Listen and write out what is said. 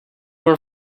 are